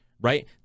right